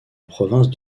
province